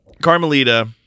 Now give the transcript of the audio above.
Carmelita